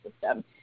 system